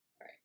right